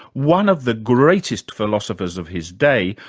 one of the greatest philosophers of his day,